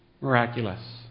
miraculous